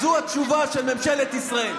זו התשובה של ממשלת ישראל.